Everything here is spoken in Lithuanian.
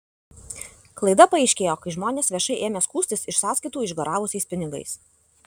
klaida paaiškėjo kai žmonės viešai ėmė skųstis iš sąskaitų išgaravusiais pinigais